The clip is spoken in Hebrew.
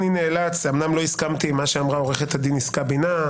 אומנם לא הסכמתי עם מה שאמרה עו"ד יסכה בינה,